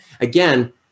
Again